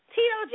Tito